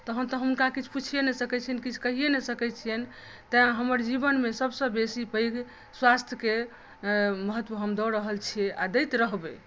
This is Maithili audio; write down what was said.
तखन तऽ हुनका हम किछु पुछिए नहि सकैत छियनि किछु कहिए नहि सकैत छियनि तैँ हमर जीवनमे सभसँ बेसी पैघ स्वास्थ्यकेँ महत्व हम दऽ रहल छी आ दैत रहबै